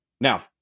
Now